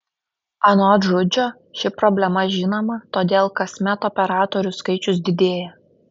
anot žudžio ši problema žinoma todėl kasmet operatorių skaičius didėja